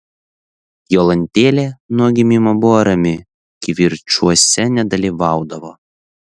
jolantėlė nuo gimimo buvo rami kivirčuose nedalyvaudavo